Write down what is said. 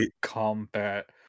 combat